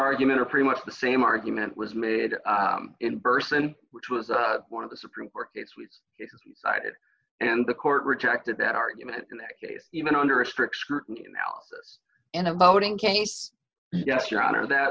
argument are pretty much the same argument was made in person which was one of the supreme court case we cited and the court rejected that argument in that case even under a strict scrutiny analysis in a voting case yes your honor that